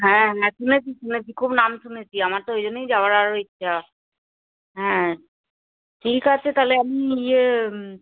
হ্যাঁ হ্যাঁ শুনেছি শুনেছি খুব নাম শুনেছি আমার তো ওই জন্যই যাওয়ার আরো ইচ্ছে হ্যাঁ ঠিক আছে তাহলে আমি ইয়ে